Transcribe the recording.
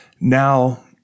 now